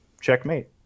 Checkmate